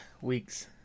week's